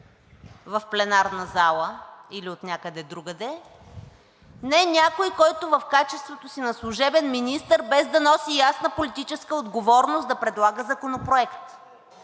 в пленарна зала или отнякъде другаде; не някой, който в качеството си на служебен министър, без да носи ясна политическа отговорност, да предлага законопроект,